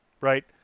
right